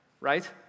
right